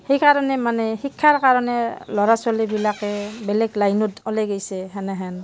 সেইকাৰণে মানে শিক্ষাৰ কাৰণে ল'ৰা ছোৱালীবিলাকে বেলেগ লাইনত ওলাই গৈছে সেনেহেন